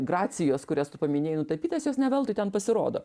gracijos kurias tu paminėjai nutapytas jos ne veltui ten pasirodo